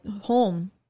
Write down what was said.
home